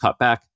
cutback